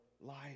life